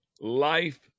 life